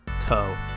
co